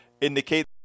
indicate